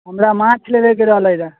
हमरा माछ लेबैके रहलै रहै